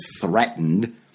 threatened